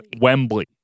Wembley